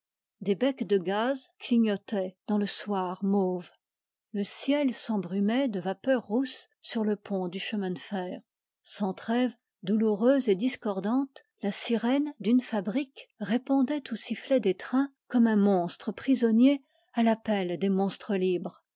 les becs de gaz clignotaient dans le soir mauve le ciel s'embrumait de vapeurs rousses sur le pont du chemin de fer sans trêve douloureuse et discordante la sirène d'une fabrique répondait aux sifflets des trains comme un monstre prisonnier à l'appel des monstres libres